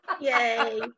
yay